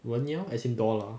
人妖 as in doll ah